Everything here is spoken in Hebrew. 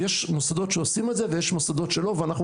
יש מוסדות שעושים את זה ויש מוסדות שלא ואנחנו